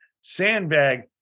sandbag